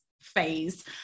phase